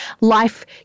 life